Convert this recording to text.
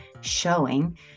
showing